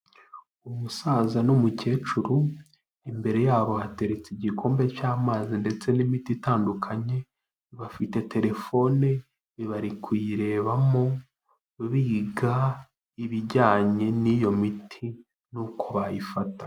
Umusaza n'umukecuru imbere yabo hateretse igikombe cy'amazi ndetse n'imiti itandukanye, bafite telefone barikuyirebamo biga ibijyanye n'iyo miti n'uko bayifata.